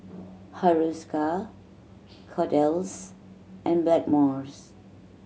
Hiruscar Kordel's and Blackmores